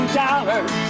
dollars